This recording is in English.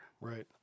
Right